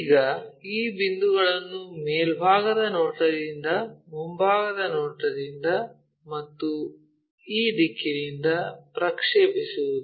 ಈಗ ಈ ಬಿಂದುಗಳನ್ನು ಮೇಲ್ಭಾಗದ ನೋಟದಿಂದ ಮುಂಭಾಗದ ನೋಟದಿಂದ ಮತ್ತು ಈ ದಿಕ್ಕಿನಿಂದ ಪ್ರಕ್ಷೇಪಿಸುವುದು